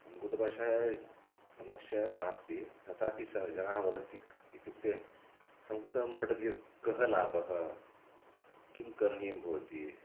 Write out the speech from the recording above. संस्कृतभाषायाः समस्या एव नास्ति तथापि जनाः वदन्ति इत्युक्ते संस्कृतं पठति चेत् कः लाभः किं करणीयं भवति